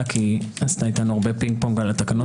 כי היא עשתה אתנו הרבה פינג פונג על התקנות.